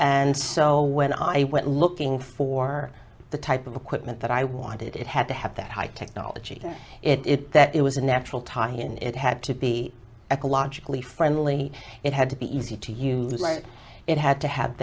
and so when i went looking for the type of equipment that i wanted it had to have that high technology it that it was a natural tie and it had to be at logically friendly it had to be easy to use it had to have